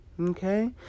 Okay